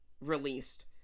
released